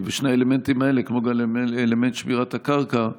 ושני האלמנטים האלה, כמו אלמנט שמירת הקרקע,